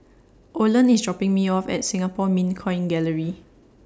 Oland IS dropping Me off At Singapore Mint Coin Gallery